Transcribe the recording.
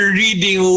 reading